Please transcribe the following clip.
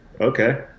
okay